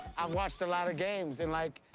i've watched a lot of games, and, like,